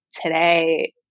today